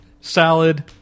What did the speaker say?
salad